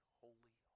holy